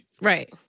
Right